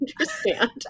understand